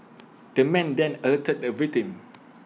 the man then alerted the victim